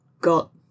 got